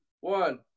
one